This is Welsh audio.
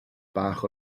bach